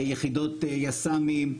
יחידות יס"מים,